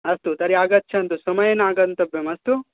अस्तु तर्हि आगच्छन्तु समयेन आगन्तव्यम् अस्तु